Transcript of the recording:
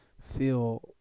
feel